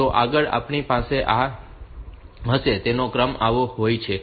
તો આગળ આપણી પાસે આ હશે તેનો ક્રમ આવો હોય છે